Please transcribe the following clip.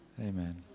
Amen